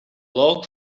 log